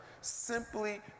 simply